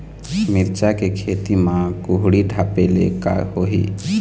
मिरचा के खेती म कुहड़ी ढापे ले का होही?